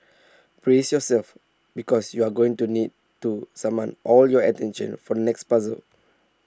brace yourselves because you're going to need to summon all your attention for the next puzzle